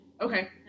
Okay